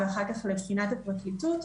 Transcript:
ואחר כך לבחינת הפרקליטות.